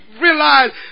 realize